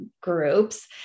groups